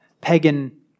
pagan